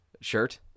shirt